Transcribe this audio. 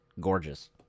Gorgeous